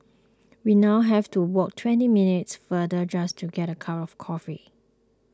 we now have to walk twenty minutes farther just to get a cup of coffee